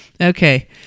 Okay